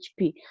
HP